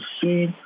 see